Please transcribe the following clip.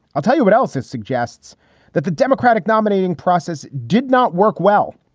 i'll tell you what else. it suggests that the democratic nominating process did not work well,